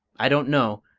i don't know